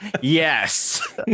Yes